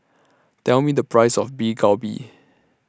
Tell Me The Price of Beef Galbi